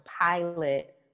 pilot